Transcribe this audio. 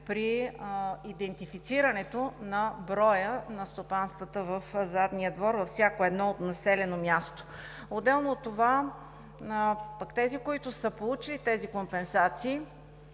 при идентифицирането на броя на стопанствата в задния двор във всяко едно населено място. Отделно от това тези, които са получили компенсациите